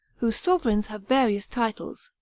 whose sovereigns have various titles,